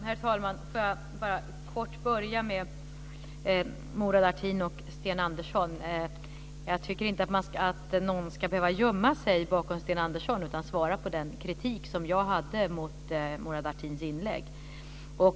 Herr talman! Jag ska kortfattat börja med att säga något om Murad Artin och Sten Andersson. Jag tycker inte att någon ska behöva gömma sig bakom Sten Andersson utan svara på den kritik som jag hade mot Murad Artins inlägg.